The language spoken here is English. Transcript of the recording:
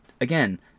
Again